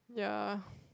ya